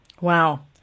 Wow